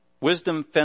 wisdom